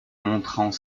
montrant